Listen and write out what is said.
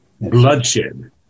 bloodshed